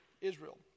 Israel